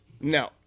No